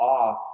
off